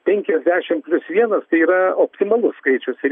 penkiasdešim plius vienas tai yra optimalus skaičius ir